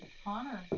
connor.